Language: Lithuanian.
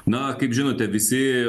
na kaip žinote visi